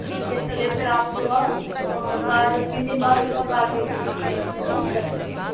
ٹھیک ہے چلیے پھر آپ صُبح کار تین دِن بعد صُبح کار بھیج دیجیے گا ٹھیک ہے دس بجے